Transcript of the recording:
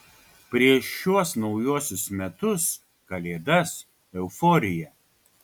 prieš šiuos naujuosius metus kalėdas euforija